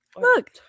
Look